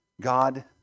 God